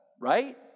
Right